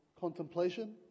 contemplation